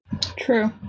True